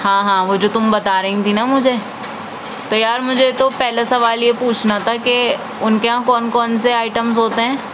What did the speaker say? ہاں ہاں وہ جو تم بتا رہی تھی نا مجھے تو یار مجھے تو پہلا سوال یہ پوچھنا تھا کہ ان کے یہاں کون کون سے آئٹمز ہوتے ہیں